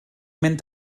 mynd